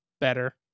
better